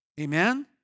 Amen